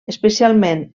especialment